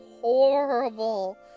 horrible